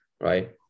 right